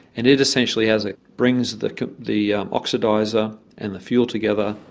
and it essentially, as it brings the the oxidiser and the field together,